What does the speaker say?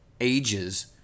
ages